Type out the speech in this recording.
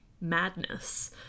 madness